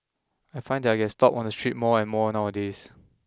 I find that I get stopped on the street more and more nowadays